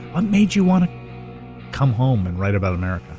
ah made you wanna come home and write about america?